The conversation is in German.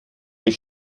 sich